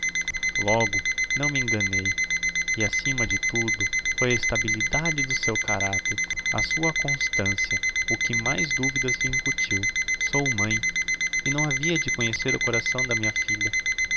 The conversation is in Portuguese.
logo não me enganei e acima de tudo foi a estabilidade do seu caracter a sua constancia o que mais duvidas lhe incutiu sou mãe e não havia de conhecer o coração de minha filha